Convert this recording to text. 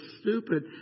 stupid